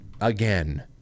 again